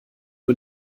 nur